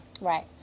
Right